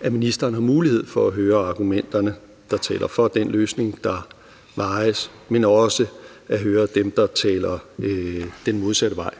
at ministeren har mulighed for at høre argumenterne, der taler for den løsning, der overvejes, men også at høre dem, der taler den modsatte vej.